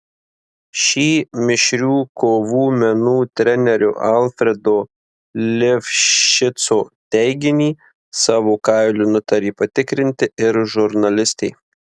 šį mišrių kovų menų trenerio alfredo lifšico teiginį savo kailiu nutarė patikrinti ir žurnalistė